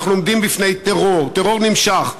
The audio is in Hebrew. אנחנו עומדים בפני טרור, טרור נמשך.